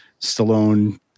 Stallone